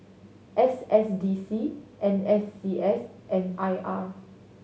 S S D C N S C S and I R